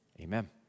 amen